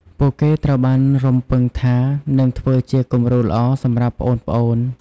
ពួកគេត្រូវបានរំពឹងថា នឹងធ្វើជាគំរូល្អសម្រាប់ប្អូនៗ។